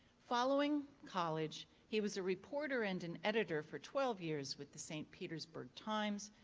following college he was a reporter and and editor for twelve years with the st. petersburg times,